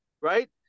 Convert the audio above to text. right